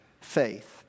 faith